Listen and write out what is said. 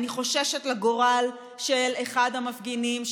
אני חוששת לגורל של אחד המפגינים,